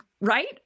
Right